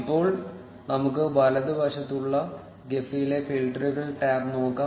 ഇപ്പോൾ നമുക്ക് വലതുവശത്തുള്ള ഗെഫി യിലെ ഫിൽട്ടറുകൾ ടാബ് നോക്കാം